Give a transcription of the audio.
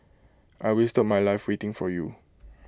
I wasted my life waiting for you